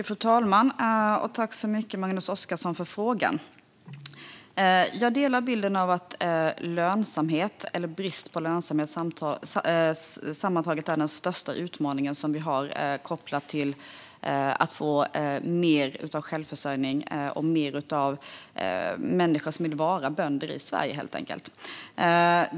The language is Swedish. Fru talman! Tack så mycket för frågan, Magnus Oscarsson! Jag har samma bild av att lönsamhet eller brist på lönsamhet sammantaget är den största utmaning vi har kopplat till att få större självförsörjning och fler människor som vill vara bönder i Sverige.